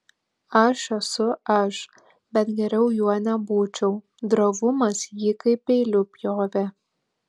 aš esu aš bet geriau juo nebūčiau drovumas jį kaip peiliu pjovė